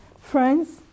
Friends